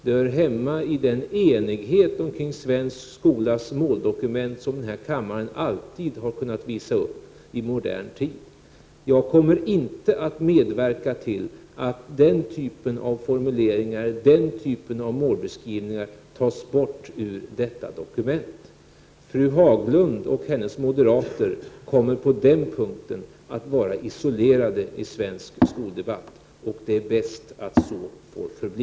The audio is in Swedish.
De hör hemma i den enighet omkring svensk skolas måldokument som denna kammare alltid har kunnat visa upp i modern tid. Jag kommer inte att medverka till att den typen av formuleringar och den typen av målbeskrivningar tas bort ur detta dokument. Fru Haglund och hennes moderater kommer på den punkten att vara isolerade i svensk skoldebatt, och det är bäst att så får förbli.